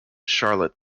charlotte